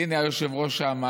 הינה, היושב-ראש שם.